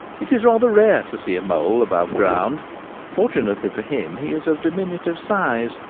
it is rather rare to see a mole above ground fortunately for him he is of diminutive size,